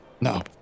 No